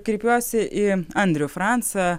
kreipiuosi į andrių francą